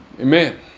Amen